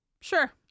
Sure